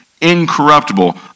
incorruptible